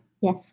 Yes